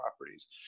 properties